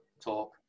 talk